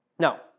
Now